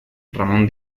ramón